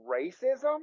racism